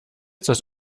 das